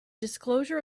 disclosure